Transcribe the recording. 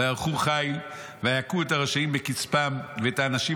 ויערכו חיל ויכו את הרשעים בקצפם ואת האנשים